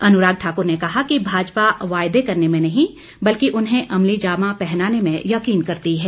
अनुराग ठाकुर ने कहा कि भाजपा वायदे करने में नहीं बल्कि उन्हें अमलीजामा पहनाने में यकीन करती है